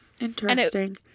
Interesting